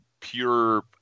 pure